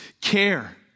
care